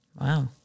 Wow